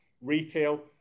retail